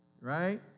right